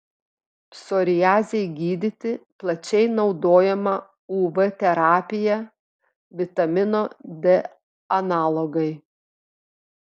psoriazei gydyti plačiai naudojama uv terapija vitamino d analogai